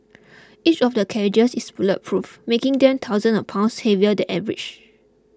each of the carriages is bulletproof making them thousands of pounds heavier than average